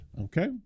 Okay